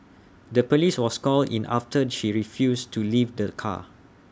the Police was called in after she refused to leave the car